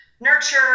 nurture